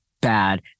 bad